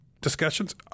discussions